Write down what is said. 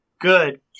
good